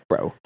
Bro